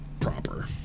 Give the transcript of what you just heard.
proper